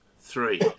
Three